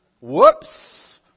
whoops